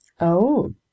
Oh